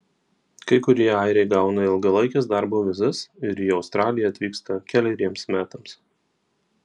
kai kurie airiai gauna ilgalaikes darbo vizas ir į australiją atvyksta keleriems metams